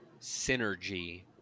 synergy